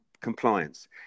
compliance